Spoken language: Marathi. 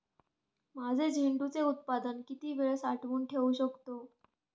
माझे झेंडूचे उत्पादन किती वेळ साठवून ठेवू शकतो?